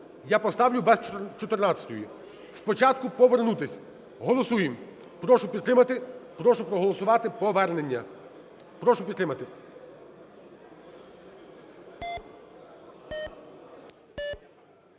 я поставлю без 14-ї. Спочатку повернутись. Голосуємо. Прошу підтримати. Прошу проголосувати повернення. Прошу підтримати.